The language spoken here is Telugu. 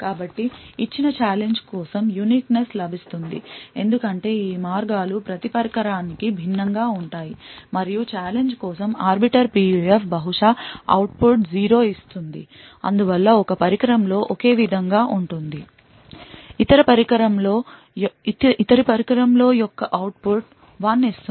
కాబట్టి ఇచ్చిన ఛాలెంజ్ కోసం యూనిక్నెస్ లభిస్తుంది ఎందుకంటే ఈ మార్గాలు ప్రతి పరికరానికి భిన్నంగా ఉంటాయి మరియు ఛాలెంజ్ కోసం ఆర్బిటర్ PUF బహుశా అవుట్పుట్ 0 ఇస్తుంది అందువల్ల ఒక పరికరంలో ఒకే విధంగా ఉంటుంది ఇతర పరికరంలో యొక్క అవుట్పుట్ 1 ఇస్తుంది